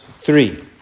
three